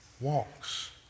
walks